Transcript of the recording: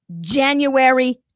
January